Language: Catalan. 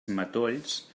matolls